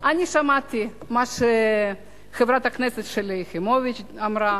אני שמעתי מה חברת הכנסת שלי יחימוביץ אמרה